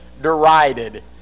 derided